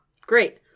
Great